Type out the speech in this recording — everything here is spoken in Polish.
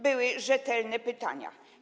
Były rzetelne pytania.